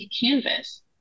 canvas